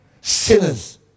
Sinners